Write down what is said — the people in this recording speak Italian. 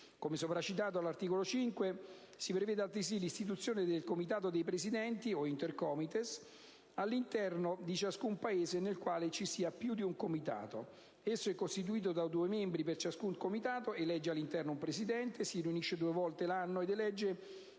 Come sopra citato, all'articolo 5 si prevede altresì l'istituzione del Comitato dei presidenti, o Intercomites, all'interno di ciascun Paese nel quale ci sia più di un Comitato. Esso è costituito da due membri per ciascun Comitato; elegge all'interno un presidente, si riunisce due volte l'anno ed elegge